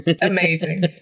Amazing